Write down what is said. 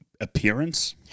appearance